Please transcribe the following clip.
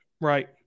right